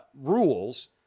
rules